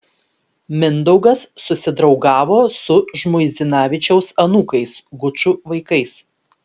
mindaugas susidraugavo su žmuidzinavičiaus anūkais gučų vaikais